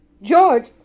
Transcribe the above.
George